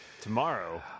Tomorrow